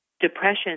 depression